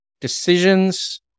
decisions